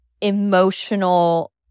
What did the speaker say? emotional